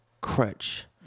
crutch